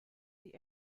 the